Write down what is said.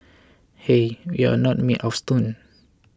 hey we're not made of stone